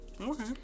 Okay